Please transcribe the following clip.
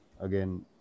again